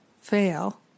fail